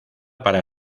para